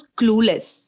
clueless